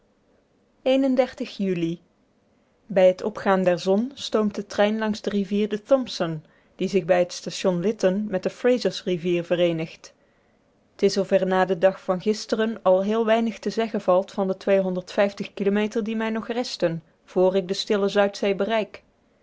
juli bij t opgaan der zon stoomt de trein langs de rivier de thomson die zich bij t station lytton met de frasersrivier vereenigt t is of er na den dag van gisteren al heel weinig te zeggen valt van de kilometer die mij nog resten vr ik de stille zuidzee bereik